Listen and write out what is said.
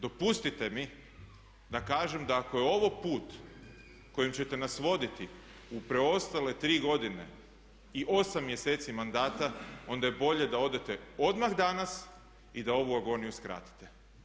Dopustite mi da kažem da ako je ovo put kojim ćete nas voditi u preostale 3 godine i 8 mjeseci mandata onda je bolje da odete odmah danas i da ovu agoniju skratite.